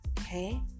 Okay